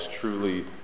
truly